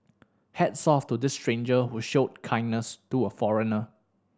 hats off to this stranger who showed kindness to a foreigner